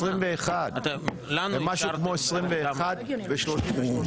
21. זה משהו כמו 21 ו-33 שרים.